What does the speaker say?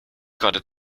gerade